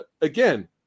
Again